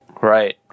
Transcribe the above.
Right